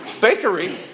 bakery